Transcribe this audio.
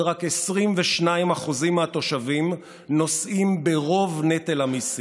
רק 22% מהתושבים נושאים ברוב נטל המיסים.